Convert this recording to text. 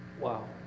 Wow